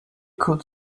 could